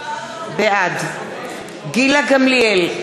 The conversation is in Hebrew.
בעד גילה גמליאל,